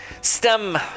stem